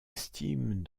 estime